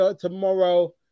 tomorrow